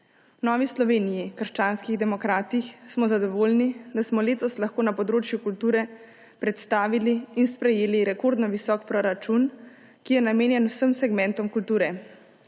V Novi Sloveniji – krščanski demokrati smo zadovoljni, da smo letos lahko na področju kulture predstavili in sprejeli rekordno visok proračun, ki je namenjen vsem segmentom kulture.